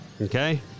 Okay